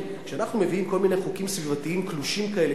כי כשאנחנו מביאים כל מיני חוקים סביבתיים קלושים כאלה,